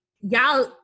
y'all